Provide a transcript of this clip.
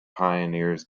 pioneers